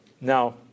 Now